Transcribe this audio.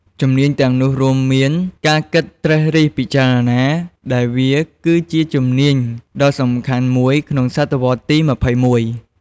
ជំនាញទាំងនោះរួមមាន ការគិតត្រិះរិះពិចារណា ដែលវាគឺជាជំនាញដ៏សំខាន់មួយក្នុងសតវត្សរ៍ទី២១។